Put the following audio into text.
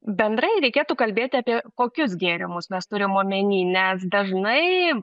bendrai reikėtų kalbėti apie kokius gėrimus mes turim omeny nes dažnai